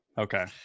Okay